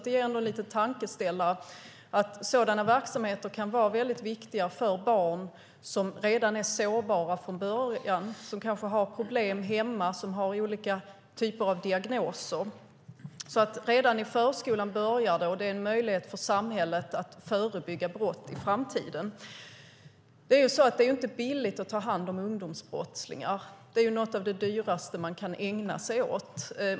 Det är en tankeställare att sådana verksamheter kan vara väldigt viktiga för barn som redan är sårbara från början och som kanske har problem hemma eller olika typer av diagnoser. Redan i förskolan börjar det, och detta är en möjlighet för samhället att förebygga framtida brott. Det är inte billigt att ta hand om ungdomsbrottslingar. Det är något av det dyraste man kan ägna sig åt.